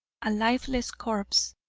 a lifeless corpse,